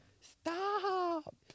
Stop